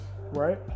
right